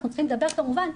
אנחנו צריכים לדבר כמובן,